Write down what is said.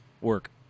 Work